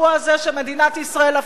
שמדינת ישראל הפכה להיות,